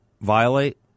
violate